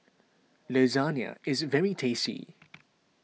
Lasagna is very tasty